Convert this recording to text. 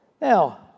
Now